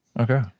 Okay